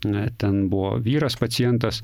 na ten buvo vyras pacientas